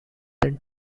than